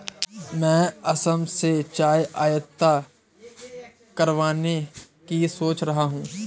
मैं असम से चाय आयात करवाने की सोच रहा हूं